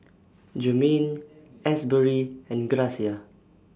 Jermaine Asbury and Gracia